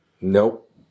Nope